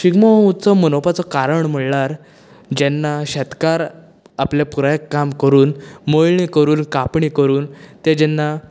शिगमो हो उत्सव मनोवपाचे कारण म्हुळ्यार जेन्ना शेतकार आपले पुराय काम करून मळणी करून कांपणी करून ते जेन्ना